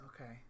Okay